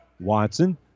Watson